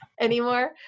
anymore